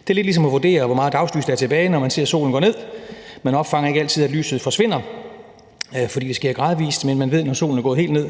Det er lidt ligesom at vurdere, hvor meget dagslys der er tilbage, når man ser solen går ned. Man opfanger ikke altid, at lyset forsvinder, fordi det sker gradvis, men man ved, når solen er gået helt ned,